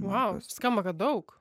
vau skamba kad daug